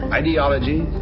ideology